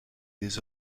des